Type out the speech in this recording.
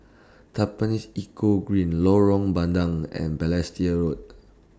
Tampines Eco Green Lorong Bandang and Balestier Road